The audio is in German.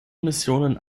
missionen